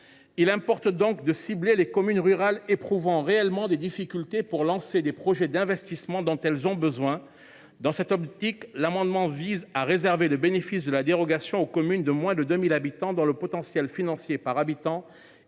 Il importe donc de cibler les communes rurales éprouvant réellement des difficultés pour lancer les projets d’investissement dont elles ont besoin. Dans cette optique, l’amendement vise à réserver le bénéfice de la dérogation aux communes de moins de 2 000 habitants dont le potentiel financier par habitant